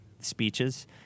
speeches